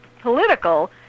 political